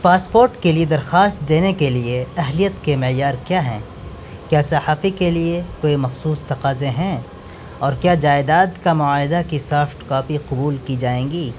passport کے لیے درخواست دینے کے لیے اہلیت کے معیار کیا ہیں کیا صحافی کے لیے کوئی مخصوص تقاضے ہیں اور کیا جائیداد کا معاہدہ کی سافٹ کاپی قبول کی جائیں گی